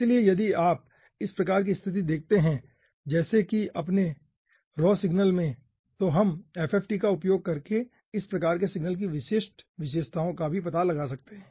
इसलिए यदि आप इस प्रकार की स्थिति देखते हैं जैसे कि अपने रॉ सिग्नल में तो हम FFT का उपयोग करके इस प्रकार के सिग्नल की विशिष्ट विशेषताओं का भी पता लगा सकते हैं